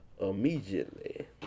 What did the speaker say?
Immediately